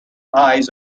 eyes